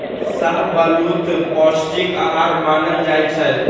शाहबलूत पौस्टिक अहार मानल जाइ छइ